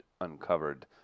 uncovered